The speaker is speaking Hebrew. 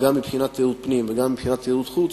גם מבחינת תיירות פנים וגם מבחינת תיירות חוץ,